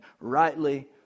rightly